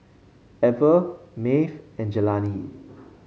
Ever Maeve and Jelani